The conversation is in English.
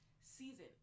season